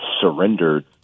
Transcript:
surrendered